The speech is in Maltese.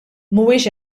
mhuwiex